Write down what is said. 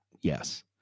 yes